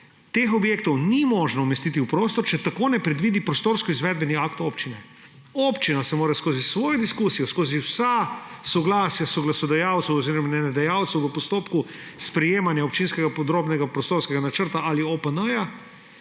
Teh objektov ni možno umestiti v prostor, če tako ne predvidi prostorski izvedbeni akt občine. Občina si mora skozi svojo diskusijo, skozi vsa soglasja soglasodajalcev oziroma najemodajalcev v postopku sprejemanja občinskega podrobnega prostorskega načrta ali OPN-ja